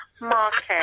Market